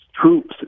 troops